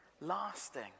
lasting